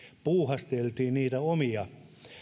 puuhasteltiin niitä omia